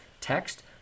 text